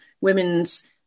women's